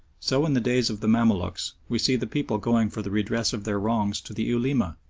so in the days of the mamaluks, we see the people going for the redress of their wrongs to the ulema,